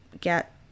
get